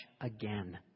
again